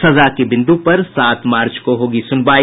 सजा के बिन्दु पर सात मार्च को होगी सुनवाई